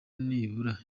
nibura